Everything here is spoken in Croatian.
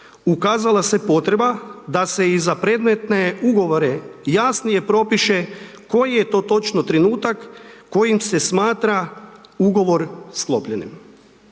ukazala se potreba da se i za predmetne ugovore jasnije propiše koji je to točno trenutak kojim se smatra ugovor sklopljenim.